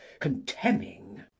contemning